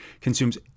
consumes